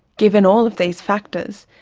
given all of these factors,